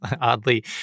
oddly